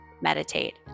meditate